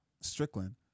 Strickland